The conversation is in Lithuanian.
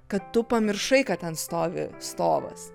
kad tu pamiršai kad ten stovi stovas